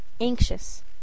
anxious